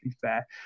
fair